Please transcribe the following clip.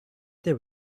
there